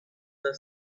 the